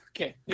okay